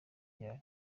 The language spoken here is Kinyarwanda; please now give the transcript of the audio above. ryari